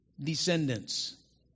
descendants